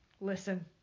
Listen